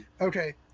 okay